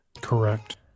Correct